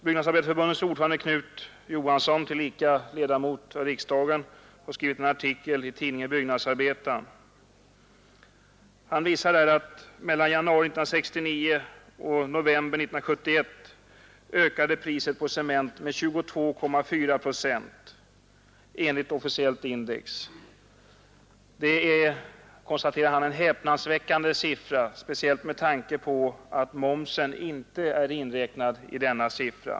Byggnadsarbetareförbundets ordförande Knut Johansson, tillika ledamot av riksdagen, har skrivit en artikel i tidningen Byggnadsarbetaren. Han visar där att mellan januari 1969 och november 1971 ökade priset på cement med 22,4 procent enligt officiellt index. Det är, konstaterar han, en häpnadsväckande siffra, speciellt med tanke på att momsen inte är inräknad i denna siffra.